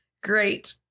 great